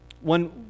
One